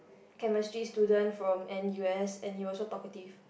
chemistry student from N_U_S and he also talkative